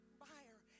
fire